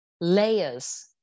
layers